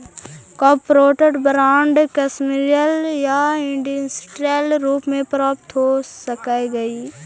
corporate bond commercial या industrial रूप में प्राप्त हो सकऽ हई